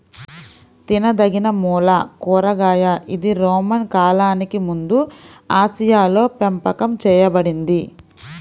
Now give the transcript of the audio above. తినదగినమూల కూరగాయ ఇది రోమన్ కాలానికి ముందుఆసియాలోపెంపకం చేయబడింది